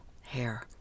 hair